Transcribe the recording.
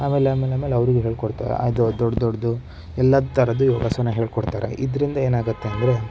ಆಮೇಲಾಮೇಲಾಮೇಲೆ ಅವರಿಗೂ ಹೇಳ್ಕೊಡ್ತಾರೆ ಇದು ದೊಡ್ಡ ದೊಡ್ಡದು ಎಲ್ಲ ಥರದ್ದು ಆಸನ ಹೇಳ್ಕೊಡ್ತಾರೆ ಇದರಿಂದ ಏನಾಗತ್ತೆ ಅಂದರೆ